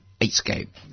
escape